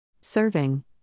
Serving